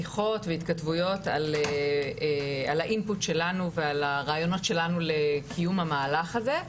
והתכתבויות על האינפוט שלנו ועל הרעיונות שלנו לקיום המהלך הזה.